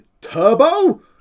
turbo